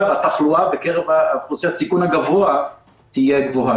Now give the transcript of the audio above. התחלואה בקרב אוכלוסיית הסיכון הגבוה תהיה גבוהה.